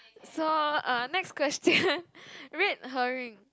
so uh next question red herring